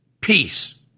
Peace